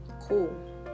cool